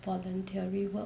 voluntary work